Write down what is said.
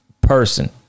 person